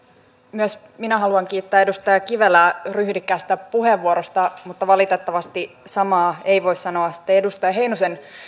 myös minä haluan kiittää edustaja kivelää ryhdikkäästä puheenvuorosta mutta valitettavasti samaa ei voi sanoa sitten edustaja heinosen